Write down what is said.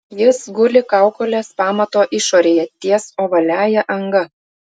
jis guli kaukolės pamato išorėje ties ovaliąja anga